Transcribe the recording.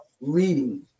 reading